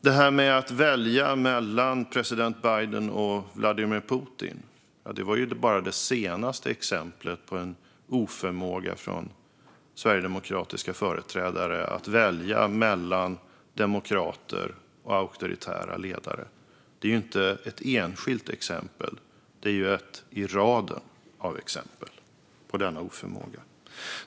Det här med att inte vilja välja mellan president Biden och Vladimir Putin var bara det senaste exemplet på en oförmåga från sverigedemokratiska företrädare att välja mellan demokrater och auktoritära ledare. Det är inte ett enskilt exempel, utan det är ett i raden av exempel på denna oförmåga.